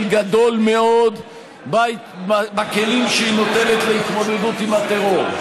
גדול מאוד בכלים שהיא נותנת להתמודדות עם הטרור.